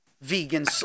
Vegan